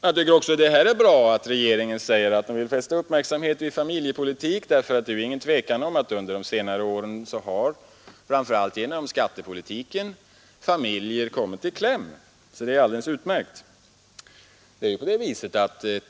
Jag tycker det är alldeles utmärkt att regeringen vill fästa uppmärksamheten vid familjepolitiken därför att familjer under de senare åren har framför allt genom skattepolitiken kommit i kläm.